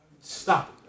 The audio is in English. stop